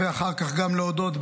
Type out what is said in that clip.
ואחר כך להודות,